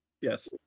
yes